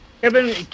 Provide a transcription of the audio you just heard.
Kevin